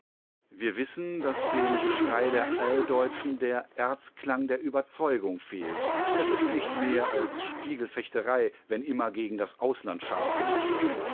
wir wissen daß dem geschrei der alldeutschen der erzklang der überzeugung fehlt es ist nicht mehr als spiegelfechterei wenn immer gegen das ausland scharf gemacht wird